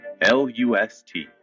L-U-S-T